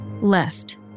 left